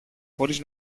χωρίς